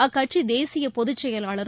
அக்கட்சி தேசிய பொதுச்செயலாளரும்